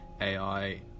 AI